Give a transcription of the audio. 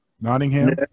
Nottingham